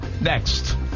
Next